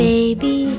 Baby